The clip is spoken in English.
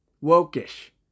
woke-ish